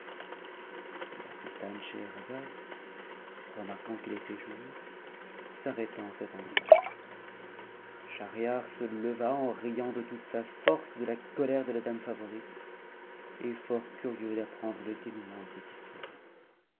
la sultane scheherazade remarquant qu'il était jour s'arrêta en cet endroit schahriar se leva en riant de toute sa force de la colère de la dame favorite et fort curieux d'apprendre le dénouement de cette histoire